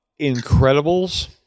Incredibles